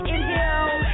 Inhale